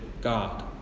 God